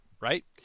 right